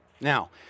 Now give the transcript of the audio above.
Now